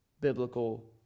biblical